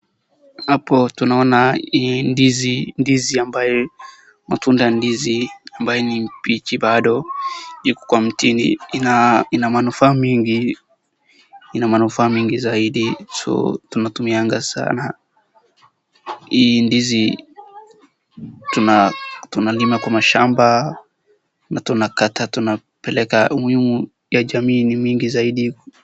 Matunda ya ndizi ambayo ni mbichi bado iko kwa mtini. Ina manufaa mengi zaidi. So tunatumianga sana. Hii ndizi tunalima kwa mashamba na tunakata tunapeleka. Umuhinu ya jamii ni mingi zaidi.